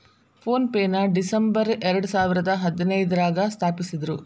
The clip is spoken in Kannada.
ಫೋನ್ ಪೆನ ಡಿಸಂಬರ್ ಎರಡಸಾವಿರದ ಹದಿನೈದ್ರಾಗ ಸ್ಥಾಪಿಸಿದ್ರು